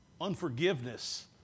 Unforgiveness